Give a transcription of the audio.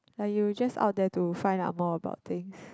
like you just out there to find out more about things